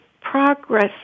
progress